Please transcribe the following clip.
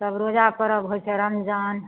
तब रोजा पर्व होइ छै रमजान